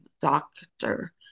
doctor